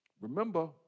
Remember